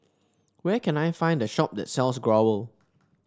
where can I find the shop that sells Growell